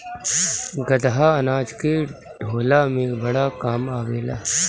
गदहा अनाज के ढोअला में बड़ा काम आवेला